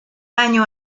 año